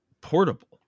portable